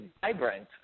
vibrant